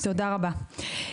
תודה רבה.